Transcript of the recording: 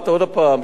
עוד הפעם,